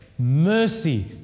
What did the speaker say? Mercy